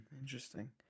interesting